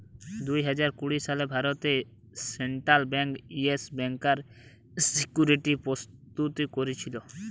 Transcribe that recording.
দুই হাজার কুড়ি সালে ভারতে সেন্ট্রাল বেঙ্ক ইয়েস ব্যাংকার সিকিউরিটি গ্রস্ত কোরেছিল